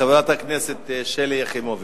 חברת הכנסת שלי יחימוביץ,